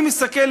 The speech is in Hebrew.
אני מסתכל,